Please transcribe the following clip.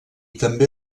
també